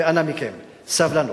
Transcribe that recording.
אנא מכם, סבלנות.